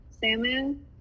salmon